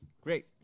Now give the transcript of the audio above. Great